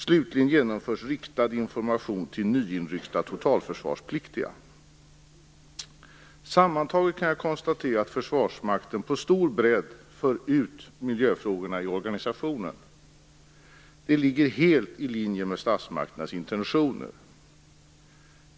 Slutligen genomförs riktad information till nyinryckta totalförsvarspliktiga. Sammantaget kan jag konstatera att Försvarsmakten på stor bredd för ut miljöfrågorna i organisationen. Detta ligger helt i linje med statsmakternas intentioner.